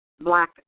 black